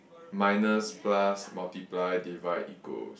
minus plus multiply divide equals